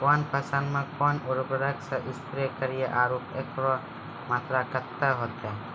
कौन फसल मे कोन उर्वरक से स्प्रे करिये आरु एकरो मात्रा कत्ते होते?